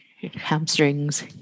hamstrings